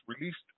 released